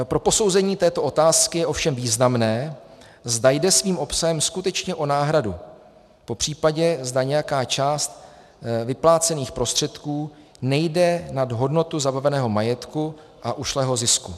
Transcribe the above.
Pro posouzení této otázky je ovšem významné, zda jde svým obsahem skutečně o náhradu, popř. zda nějaká část vyplácených prostředků nejde nad hodnotu zabaveného majetku a ušlého zisku.